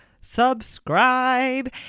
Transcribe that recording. subscribe